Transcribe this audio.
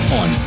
on